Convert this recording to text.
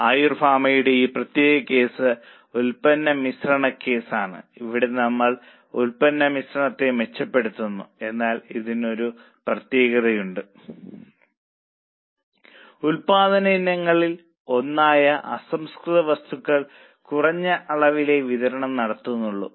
ആയുർ ഫാർമയുടെ ഈ പ്രത്യേക കേസ് ഉൽപ്പന്ന മിശ്രണ കേസാണ് ഇവിടെ നമ്മൾ ഉൽപ്പന്ന മിശ്രണത്തെ മെച്ചപ്പെടുത്തുന്നു എന്നാൽ ഇതിന് ഒരു പ്രത്യേകതയുണ്ട് ഉൽപ്പാദന ഇനങ്ങളിൽ ഒന്നായ അസംസ്കൃതവസ്തുക്കൾ കുറഞ്ഞ അളവിലെ വിതരണം നടത്തുന്നുള്ളൂ